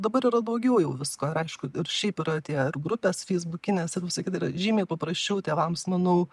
dabar yra daugiau jau visko ir aišku ir šiaip yra tie ir grupės feisbukinės ir visa kita yra žymiai paprasčiau tėvams manau